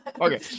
Okay